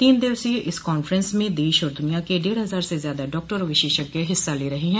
तीन दिवसीय इस कांफ्रेंस में देश और दुनिया के डेढ़ हजार से ज्यादा डॉक्टर और विशेषज्ञ हिस्सा ले रहे हैं